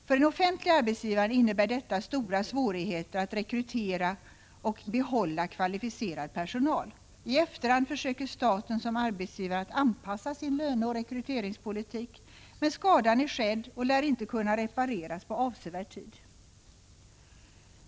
För den offentliga arbetsgivaren innebär detta stora svårigheter att rekrytera och behålla kvalificerad personal. I efterhand försöker staten som arbetsgivare att anpassa sin löneoch rekryteringspolitik. Men skadan är skedd och lär inte kunna repareras på avsevärd tid.